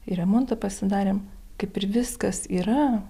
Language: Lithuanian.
ir remontą pasidarėm kaip ir viskas yra